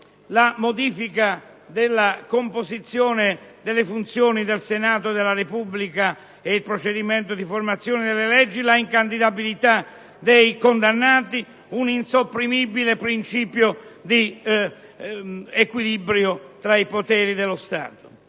la modifica della composizione e delle funzioni del Senato della Repubblica e la conseguente modificazione del procedimento della formazione delle leggi, l'incandidabilità dei condannati, un insopprimibile principio di equilibrio tra i poteri dello Stato.